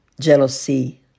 jealousy